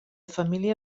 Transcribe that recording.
família